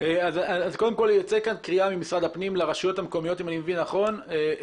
אם אני מבין נכון,